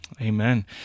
Amen